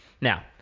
Now